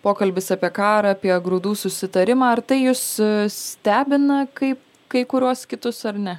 pokalbis apie karą apie grūdų susitarimą ar tai jus stebina kaip kai kuriuos kitus ar ne